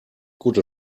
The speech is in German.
gute